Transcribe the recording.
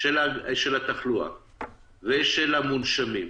-- ושל המונשמים,